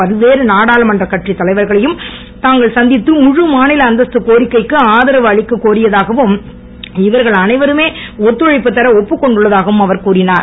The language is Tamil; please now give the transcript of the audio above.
பல்வேறு நாடாளுமன்றக் கட்சித் தலைவர்களையும் தாங்கள் சந்தித்து முழு மாநில அந்தஸ்து கோரிக்கைக்கு ஆதரவு அளிக்கக் கோரியதாகவும் இவர்கள் அனைவருமே ஒத்துழைப்பு தர ஒப்புக் கொண்டுள்ளதாகவும் அவர் கூறிஞர்